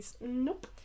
Nope